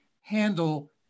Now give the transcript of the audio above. handle